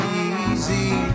easy